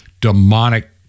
demonic